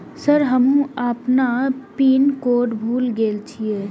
Sir हमू अपना pin code भूल गेल जीये?